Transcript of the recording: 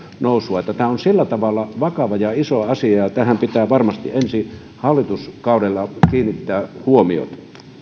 nousua tämä on sillä tavalla vakava ja iso asia ja ja tähän pitää varmasti ensi hallituskaudella kiinnittää huomiota